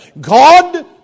God